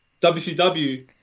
WCW